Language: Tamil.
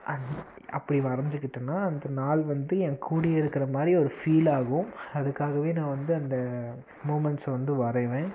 அப்படி வரைஞ்சிக்கிட்டன்னா அந்த நாள் வந்து என் கூடவே இருக்கிற மாதிரி ஒரு ஃபீலாகும் அதுக்காகவே நான் வந்து அந்த மூமென்ட்ஸை வந்து வரைவேன்